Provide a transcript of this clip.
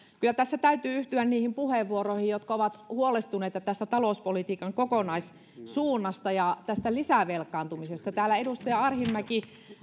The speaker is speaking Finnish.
kyllä tässä täytyy yhtyä niihin puheenvuoroihin jotka ovat huolestuneita tästä talouspolitiikan kokonaissuunnasta ja tästä lisävelkaantumisesta täällä edustaja arhinmäki